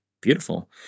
Beautiful